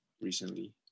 recently